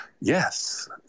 yes